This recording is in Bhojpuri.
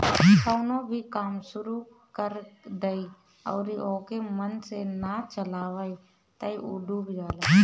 कवनो भी काम शुरू कर दअ अउरी ओके मन से ना चलावअ तअ उ डूब जाला